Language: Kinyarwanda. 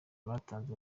batanze